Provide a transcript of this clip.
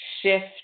shift